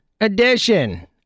edition